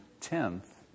tenth